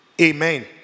Amen